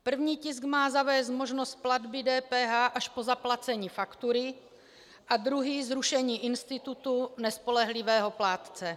První tisk má zavést možnost platby DPH až po zaplacení faktury a druhý zrušení institutu nespolehlivého plátce.